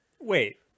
Wait